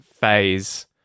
phase